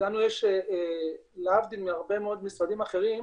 לנו יש, להבדיל מהרבה מאוד משרדים אחרים,